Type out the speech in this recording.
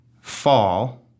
fall